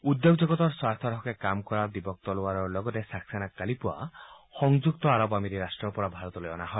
উদ্যোগজগতৰ স্বাৰ্থৰ হকে কাম কৰা দীপক তলৱাৰৰ লগতে ছাক্সেনাক কালি পুৱা সংযুক্ত আৰৱ আমিৰীৰ ৰাট্টৰ পৰা ভাৰতলৈ অনা হয়